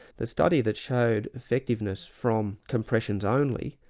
the study that showed effectiveness from compressions only,